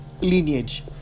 lineage